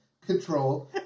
control